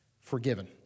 forgiven